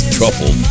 Truffle